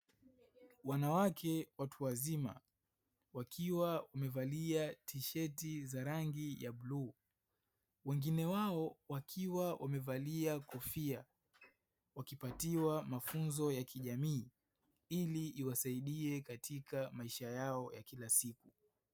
Wanawake watu wazima wakiwa wamevalia tisheti za rangi ya bluu wengine wao wakiwa wamevalia kofia wakipatiwa mafunzo ya kijamii ili iwasaidie katika maisha yao ya kila siku.